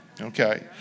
Okay